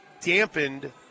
dampened